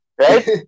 right